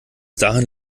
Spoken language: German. dahin